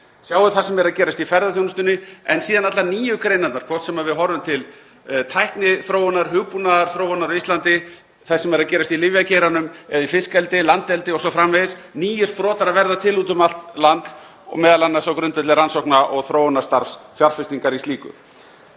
sjáið það sem er að gerast í ferðaþjónustunni og síðan allar nýju greinarnar, hvort sem við horfum til tækniþróunar, hugbúnaðarþróunar á Íslandi, þess sem er að gerast í lyfjageiranum eða í fiskeldi, landhelgi o.s.frv.; nýir sprotar eru að verða til úti um allt land og m.a. á grundvelli rannsókna og þróunarstarfs og fjárfestingar í slíku.